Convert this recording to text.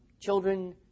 Children